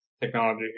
technology